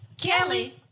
Kelly